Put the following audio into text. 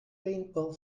paintball